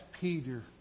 Peter